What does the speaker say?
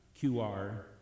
QR